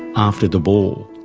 after the ball.